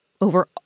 over